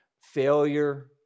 failure